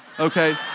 Okay